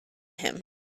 him